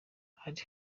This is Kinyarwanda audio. hari